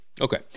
okay